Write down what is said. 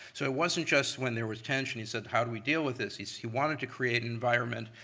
so it wasn't just when there was tension. he said, how do we deal with this? he he wanted to create an environment.